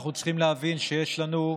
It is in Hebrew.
אנחנו צריכים להבין שיש לנו,